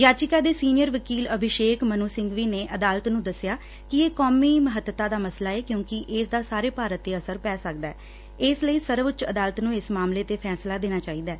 ਯਾਚੀਆਂ ਦੇ ਸੀਨੀਅਰ ਵਕੀਲ ਅਭਿਸ਼ੇਕ ਮਨੂੰ ਸਿੰਘਵੀ ਨੇ ਅਦਾਲਤ ਨੂੰ ਦਸਿਆ ਕਿ ਇਹ ਕੌਮੀ ਮੱਹਤਤਾ ਦਾ ਮਸਲਾ ਏ ਕਿਉਂਕਿ ਇਸ ਦਾ ਸਾਰੇ ਭਾਰਤ ਤੇ ਅਸਰ ਪੈ ਸਕਦਾ ਇਸ ਲਈ ਸਰਵਉੱਚ ਅਦਾਲਤ ਨੂੰ ਇਸ ਮਾਮਲੇ ਤੇ ਫੈਸਲਾ ਦੇਣਾ ਚਾਹੀਦੈ